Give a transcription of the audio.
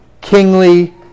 kingly